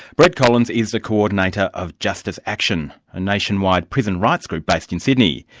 brett collins is the coordinator of justice action, a nationwide prison rights group based in sydney.